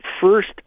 first